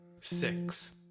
six